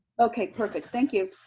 okay, perfect, thank you.